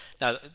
Now